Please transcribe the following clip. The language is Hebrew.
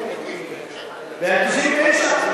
ב-1999.